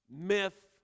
myth